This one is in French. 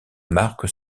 marque